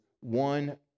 one